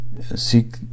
Seek